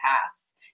pass